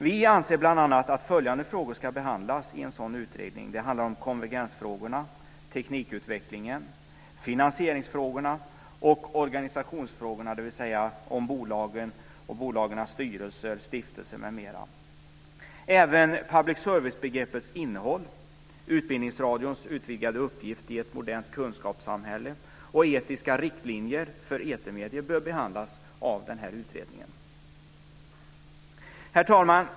Vi anser att bl.a. följande frågor ska behandlas i en sådan utredning: konvergensfrågorna, teknikutvecklingen, finansieringsfrågorna och organisationsfrågorna, dvs. bolagen, styrelser, stiftelser m.m. Även public service-begreppets innehåll, Utbildningsradions utvidgade uppgift i ett modernt kunskapssamhälle och etiska riktlinjer för etermedier bör behandlas av utredningen. Herr talman!